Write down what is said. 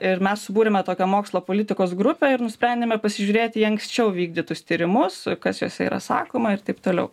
ir mes subūrėme tokią mokslo politikos grupę ir nusprendėme pasižiūrėti į anksčiau vykdytus tyrimus kas juose yra sakoma ir taip toliau